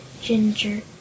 Ginger